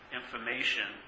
information